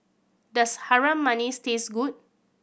does Harum Manis taste good